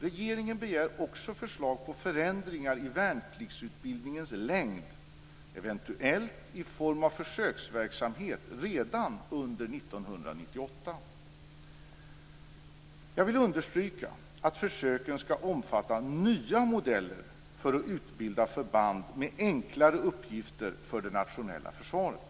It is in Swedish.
Regeringen begär också förslag om förändringar i värnpliktsutbildningens längd - eventuellt i form av försöksverksamhet - redan under 1998. Jag vill understryka att försöken skall omfatta nya modeller för att utbilda förband med enklare uppgifter för det nationella försvaret.